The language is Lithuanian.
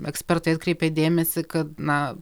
ekspertai atkreipė dėmesį kad na